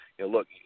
look